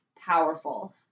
powerful